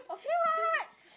okay what